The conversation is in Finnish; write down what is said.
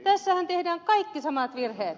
tässähän tehdään kaikki samat virheet